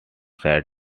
said